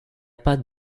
pas